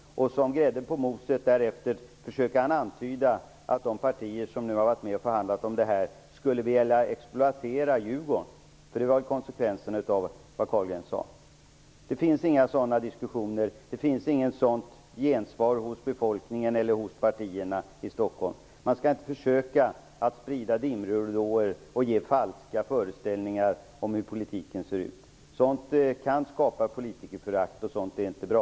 Som grädde på moset försöker han därefter antyda att de partier som nu har varit med och förhandlat om det här skulle vilja exploatera Djurgården - det var ju konsekvensen av vad Carlgren sade. Det finns inga sådana diskussioner, det finns inget sådant gensvar hos befolkningen eller partierna i Stockholm. Man skall inte försöka sprida dimridåer och ge falska föreställningar om hur politiken ser ut. Sådant kan skapa politikerförakt, och sådant är inte bra.